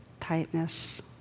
tightness